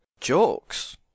jokes